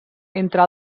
entre